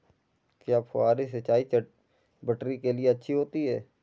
क्या फुहारी सिंचाई चटवटरी के लिए अच्छी होती है?